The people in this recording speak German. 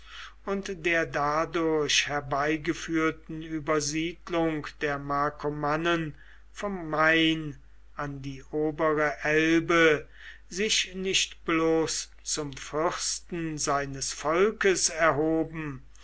und der dadurch herbeigeführten übersiedlung der markomannen vom main an die obere elbe sich nicht bloß zum fürsten seines volkes erhoben